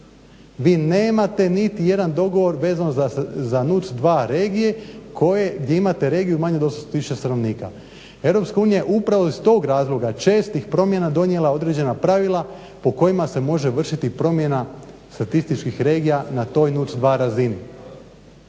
vi nemate niti jedan dogovor vezano za NUTS-2 regije gdje imate regiju manju od 800 tisuća stanovnika. Europska unija je upravo iz tih razloga čestih promjena donijela određena pravila po kojima se može vršiti promjena statističkih regija na toj NUTS-2 razini.